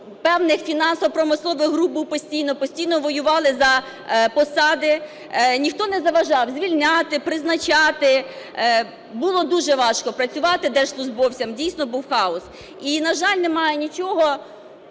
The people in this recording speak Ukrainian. певних фінансово-промислових груп був постійно, постійно воювали за посади, ніхто не заважав звільняти, призначати. Було дуже важко працювати держслужбовцям, дійсно, був хаос. І, на жаль, немає нічого